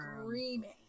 screaming